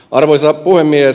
arvoisa puhemies